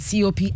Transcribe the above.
COP